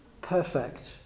perfect